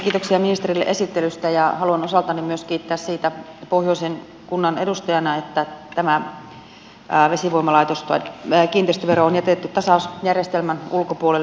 kiitoksia ministerille esittelystä ja haluan osaltani myös kiittää pohjoisen kunnan edustajana siitä että tämä kiinteistövero on jätetty tasausjärjestelmän ulkopuolelle